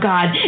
God